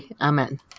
Amen